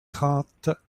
trente